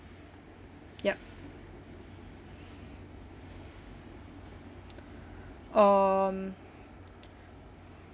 yup um